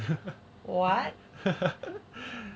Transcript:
what